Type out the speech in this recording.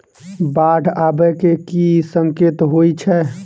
बाढ़ आबै केँ की संकेत होइ छै?